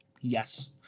Yes